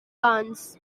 barnes